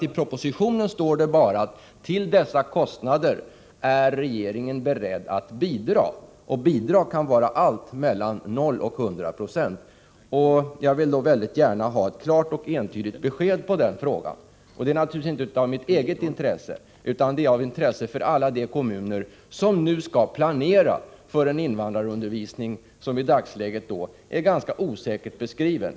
I propositionen står det ju bara att till dessa kostnader är regeringen beredd att bidra, och bidra kan ju innebära allt mellan 0 90 och 100 96. Jag vill väldigt gärna ha ett klart och entydigt besked på denna punkt. Jag begär inte detta av eget intresse, utan med tanke på alla de kommuner som nu skall planera för en invandrarundervisning som i dagsläget är ganska oklart beskriven.